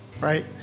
right